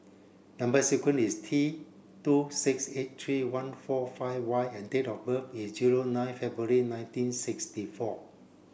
number sequence is T two six eight three one four five Y and date of birth is zero nine February nineteen sixty four